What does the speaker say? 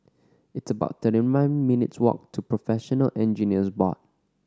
it's about thirty nine minutes' walk to Professional Engineers Board